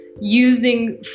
using